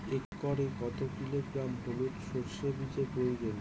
একরে কত কিলোগ্রাম হলুদ সরষে বীজের প্রয়োজন?